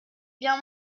bien